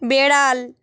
বেড়াল